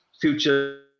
Future